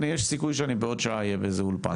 יש סיכוי שאני בעוד שעה אהיה באיזה שהוא אולפן.